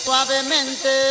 Suavemente